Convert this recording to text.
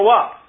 up